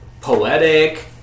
poetic